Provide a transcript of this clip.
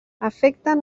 afecten